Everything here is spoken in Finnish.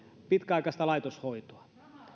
pitkäaikaista laitoshoitoa